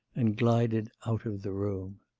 and glided out of the room.